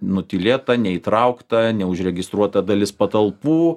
nutylėta neįtraukta neužregistruota dalis patalpų